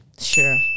Sure